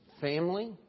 family